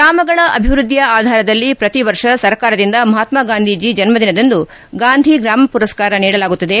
ಗ್ರಾಮಗಳ ಅಭಿವೃದ್ಧಿಯ ಆಧಾರದಲ್ಲಿ ಪ್ರತಿ ವರ್ಷ ಸರ್ಕಾರದಿಂದ ಮಹಾತ್ಮ ಗಾಂಧೀಜಿ ಜನ್ದದಿನದಂದು ಗಾಂಧಿ ಗ್ರಾಮ ಪುರಸ್ಕಾರ ನೀಡಲಾಗುತ್ತದೆ